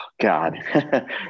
God